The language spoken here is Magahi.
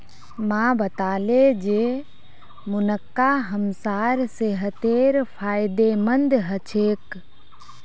माँ बताले जे मुनक्का हमसार सेहतेर फायदेमंद ह छेक